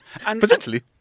Potentially